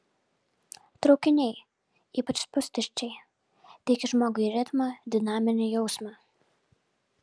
traukiniai ypač pustuščiai teikia žmogui ritmą dinaminį jausmą